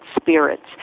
spirits